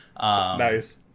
nice